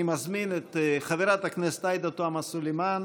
אני מזמין את חברת הכנסת עאידה תומא סלימאן